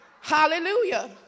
Hallelujah